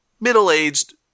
middle-aged